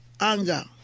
anger